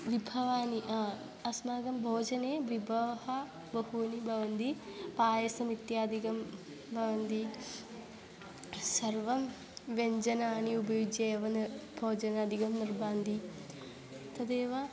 विभवाः अ अस्माकं भोजने विभवाः बहवः भवन्ति पायसमित्यादिकं भवन्ति सर्वान् व्यञ्जनान् उपयुज्य एव न भोजनादिकं निर्मान्ति तदेव